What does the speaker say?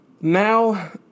Now